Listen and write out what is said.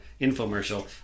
infomercial